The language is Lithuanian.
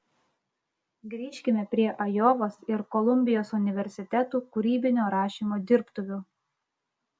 grįžkime prie ajovos ir kolumbijos universitetų kūrybinio rašymo dirbtuvių